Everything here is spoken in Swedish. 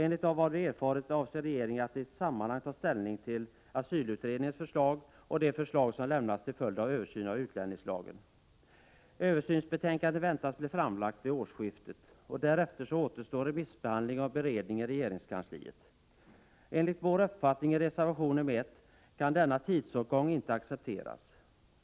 Enligt vad vi har erfarit avser regeringen att i ett sammanhang ta ställning till asylutredningens förslag och till de förslag som lämnas till följd av översynen av utlänningslagen. Översynsbetänkandet väntas bli framlagt vid årsskiftet. Därefter återstår remissbehandling och beredning i regeringskansliet. Enligt den uppfattning som vi framför i reservation 1 kan denna tidsåtgång inte accepteras.